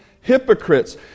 hypocrites